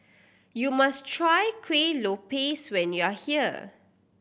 you must try Kueh Lopes when you are here